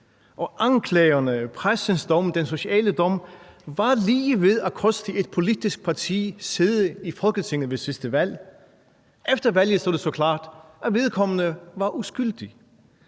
anklagerne, pressens dom, den sociale dom var lige ved at koste et politisk parti at kunne sidde i Folketinget ved sidste valg. Efter valget stod det så klart, at vedkommende var uskyldig.